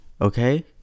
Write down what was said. Okay